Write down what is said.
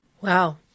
Wow